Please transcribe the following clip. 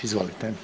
Izvolite.